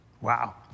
Wow